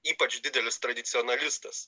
ypač didelis tradicionalistas